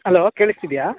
hello ಕೇಳಿಸ್ತಿದೆಯಾ